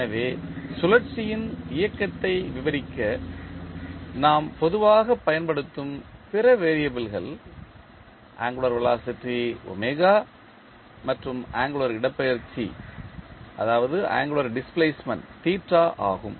எனவே சுழற்சியின் இயக்கத்தை விவரிக்க நாம் பொதுவாக பயன்படுத்தும் பிற வெறியபிள்கள் ஆங்குளர் வெலாசிட்டி மற்றும் ஆங்குளர் இடப்பெயர்ச்சி ஆகும்